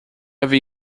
havia